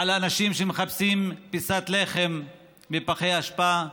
על אנשים שמחפשים פיסת לחם בפחי אשפה,